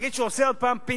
נגיד שהוא עושה פינדרוניזם.